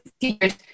teachers